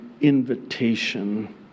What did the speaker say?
invitation